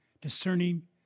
discerning